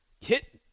hit